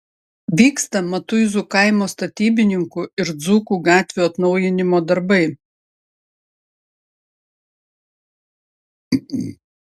vyksta matuizų kaimo statybininkų ir dzūkų gatvių atnaujinimo darbai